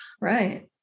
Right